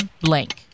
blank